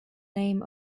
name